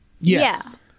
Yes